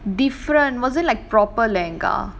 different wasn't like proper lehenga